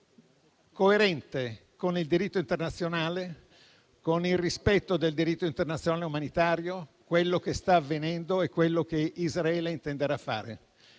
rende coerente con il rispetto del diritto internazionale umanitario quello che sta avvenendo e quello che Israele intenderà fare.